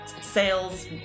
sales